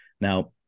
Now